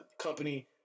company